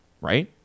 right